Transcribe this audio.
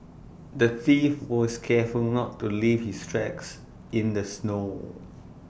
the thief was careful not to leave his tracks in the snow